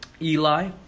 Eli